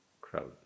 crowd